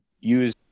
use